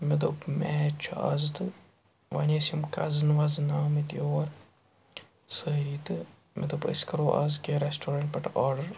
مےٚ دوٚپ میچ چھُ آز تہٕ وۄنۍ ٲسۍ یِم کَزٕن وَزٕن آمٕتۍ یور سٲری تہٕ مےٚ دوٚپ أسۍ کَرو آز کیٚنٛہہ رٮ۪سٹورَنٛٹ پٮ۪ٹھ آرڈَر